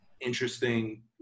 interesting